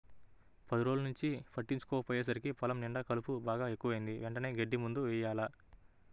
పది రోజుల్నుంచి పట్టించుకోకపొయ్యేసరికి పొలం నిండా కలుపు బాగా ఎక్కువైంది, వెంటనే గడ్డి మందు యెయ్యాల